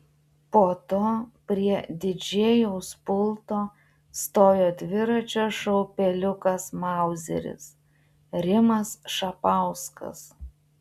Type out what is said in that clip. po to prie didžėjaus pulto stojo dviračio šou peliukas mauzeris rimas šapauskas